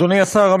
אדוני השר,